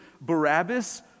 Barabbas